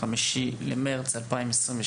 5 במרץ 2023,